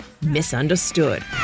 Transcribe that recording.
Misunderstood